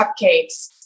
cupcakes